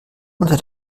unter